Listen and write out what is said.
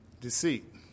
deceit